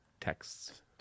texts